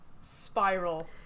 Spiral